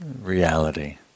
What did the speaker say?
reality